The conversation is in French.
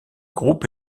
groupe